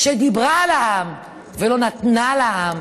שדיברה על העם ולא נתנה לעם,